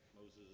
Moses